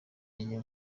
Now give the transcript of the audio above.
agiye